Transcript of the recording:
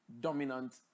dominant